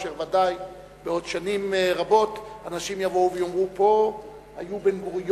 אשר ודאי בעוד שנים רבות אנשים יבואו ויאמרו: פה היה בן-גוריון,